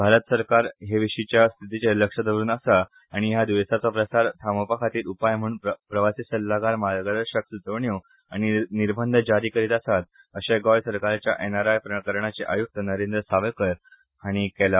भारत सरकार हेविशीच्या स्थीतीचेर लक्ष दवरून आसा आनी ह्या द्येसाचो प्रसार थामोवपाखातीर उपाय म्हण प्रवासी सल्ठागार मार्गदर्शक सूचोवण्यो आनी निर्बंध जारी करीत आसात अशें गोंय सरकारच्या एन आर आय प्रकरणाचे आयुक्त नरेंद्र सावयकर हांणी सांगला